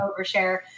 overshare